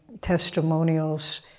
testimonials